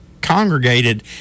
congregated